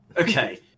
okay